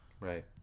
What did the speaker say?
Right